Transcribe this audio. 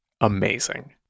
amazing